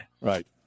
Right